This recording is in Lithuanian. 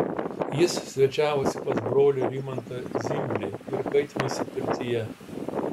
jis svečiavosi pas brolį rimantą zimblį ir kaitinosi pirtyje